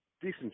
decent